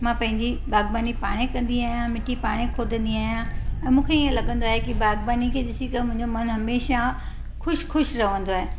मां पंहिंजी बागबानी पाण ई कंदी आहियां मिटी पाण ई खोटींदी आहियां ऐं मूंखे ईअं लॻंदो आहे कि बागबानी खे ॾिसी करे मुंहिंजो मनु हमेशह ख़ुशि ख़ुशि रहंदो आहे